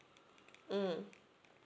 mm